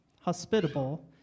hospitable